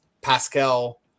Pascal